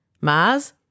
Mars